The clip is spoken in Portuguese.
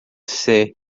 ser